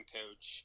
coach